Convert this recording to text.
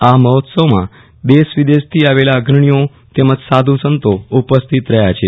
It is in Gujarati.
આ મહોત્સવમાં દેશ વિદશથી આવેલા અગ્રણીઓ તેમજ સાધ સંતો ઉપસ્થિત રહયા છે